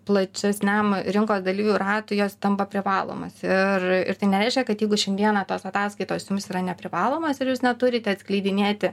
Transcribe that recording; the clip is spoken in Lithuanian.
plačesniam rinkos dalyvių ratui jos tampa privalomos ir ir tai nereiškia kad jeigu šiandieną tos ataskaitos jums yra neprivalomas ir jūs neturite atskleidinėti